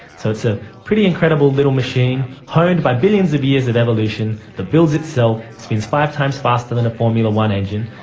so it's a pretty incredible little machine, honed by billions of years of evolution, that builds itself, spins five times faster than a formula one engine,